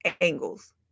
angles